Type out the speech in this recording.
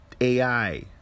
AI